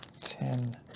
ten